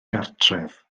gartref